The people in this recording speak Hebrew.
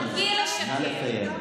חברת הכנסת יפעת שאשא ביטון, נא לסיים.